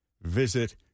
visit